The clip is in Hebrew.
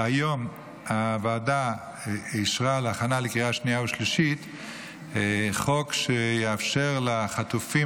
שהיום הוועדה אישרה להכנה לקריאה שנייה ושלישית חוק שיאפשר לחטופים,